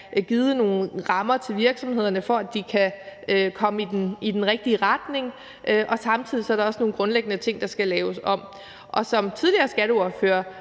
givet nogle rammer til virksomhederne, for at de kan komme i den rigtige retning, og at der samtidig også er nogle grundlæggende ting, der skal laves om. Og som tidligere skatteordfører